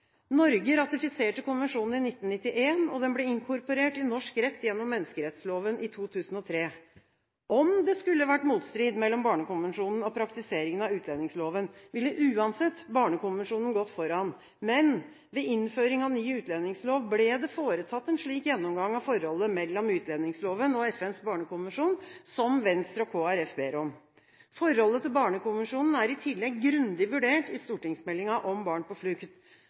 Norge ratifiserte konvensjonen i 1991, og den ble inkorporert i norsk rett gjennom menneskerettsloven i 2003. Om det skulle vært motstrid mellom Barnekonvensjonen og praktiseringen av utlendingsloven, ville uansett Barnekonvensjonen gått foran, men ved innføringen av ny utlendingslov ble det foretatt en slik gjennomgang av forholdet mellom utlendingsloven og FNs barnekonvensjon som Venstre og Kristelig Folkeparti ber om. Forholdet til Barnekonvensjonen er i tillegg grundig vurdert i stortingsmeldingen om barn på flukt.